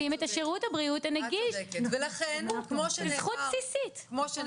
שירלי פינטו החליפה אותי ברוב הדיון ואני לא יודעת אם הנושא הספציפי הזה